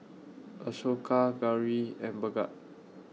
Ashoka Gauri and Bhagat